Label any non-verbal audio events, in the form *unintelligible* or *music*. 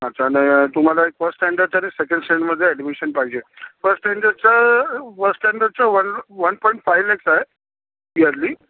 अच्छा *unintelligible* तुम्हाला एक फर्स्ट स्टँडर्ड आणि सेकंड स्टँडमधे ऍडमिशन पाहिजे फर्स्ट स्टँडर्डचं फर्स्ट स्टँडर्डचं one one point five lakhs a yearly